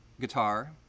guitar